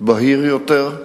בהיר יותר,